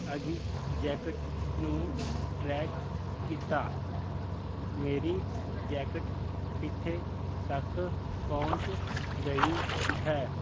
ਆਪਦੀ ਜੈਕਟ ਨੂੰ ਟਰੈਕ ਕੀਤਾ ਮੇਰੀ ਜੈਕਟ ਕਿੱਥੇ ਤੱਕ ਪਹੁੰਚ ਗਈ ਹੈ